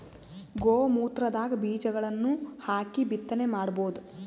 ಗೋ ಮೂತ್ರದಾಗ ಬೀಜಗಳನ್ನು ಹಾಕಿ ಬಿತ್ತನೆ ಮಾಡಬೋದ?